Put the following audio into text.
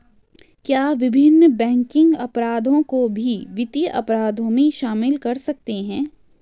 क्या विभिन्न बैंकिंग अपराधों को भी वित्तीय अपराधों में शामिल कर सकते हैं?